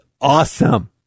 awesome